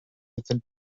within